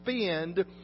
spend